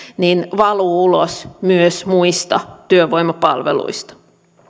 valuvat ulos myös muista työvoimapalveluista